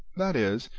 that is,